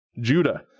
Judah